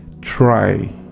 try